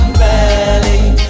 valley